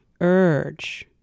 urge